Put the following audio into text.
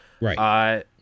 Right